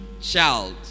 child